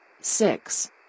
Six